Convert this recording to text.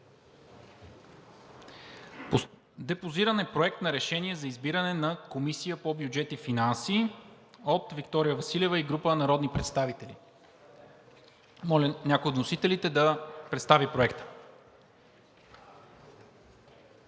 Депозиран е Проект на решение за избиране на Комисия по бюджет и финанси от народния представител Виктория Василева и група народни представители. Моля някой от вносителите да представи Проекта.